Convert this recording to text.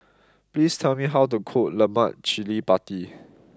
please tell me how to cook Lemak Cili Padi